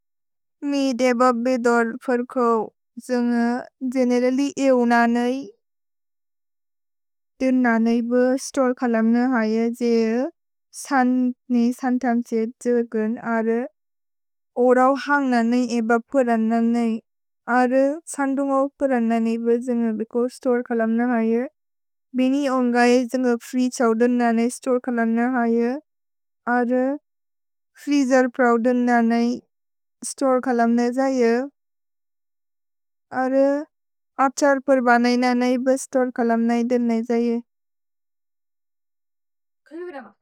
May देब बेदोर् फर्कव्, जेन्ग जेनेरिलि एउननेइ, तेउननेइ ब स्तोर् खलम्ने हय। जे सन्नेइ, सन्तम्सेज् त्सेगुन् अर् ओरौ हन्गनेइ, एब पुरनेअनेइ, अर् सन्दुन्गओ पुरनेअनेइ ब जेन्ग बिको स्तोर् खलम्ने हय। भेने एउन्गनेइ जेन्ग फ्री छव्दनेअनेइ स्तोर् खलम्ने हय, अर् फ्री जर् प्रव्दनेअनेइ स्तोर् खलम्ने जये। अर् अछर् पुर्बनेअनेइ ब स्तोर् खलम्नेइ देन जये।